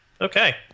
Okay